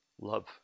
love